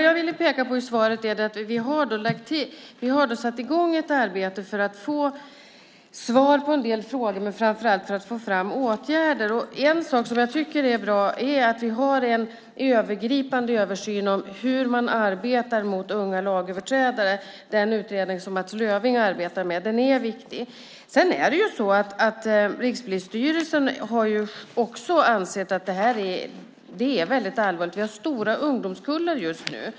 Jag ville i svaret peka på att vi har satt i gång ett arbete för att få svar på en del frågor men framför allt för att få fram åtgärder. En sak som jag tycker är bra är en övergripande översyn om hur man arbetar med unga lagöverträdare. Det är den utredning som Mats Löfving arbetar med. Den är viktig. Rikspolisstyrelsen har också ansett att det är väldigt allvarligt. Vi har just nu stora ungdomskullar.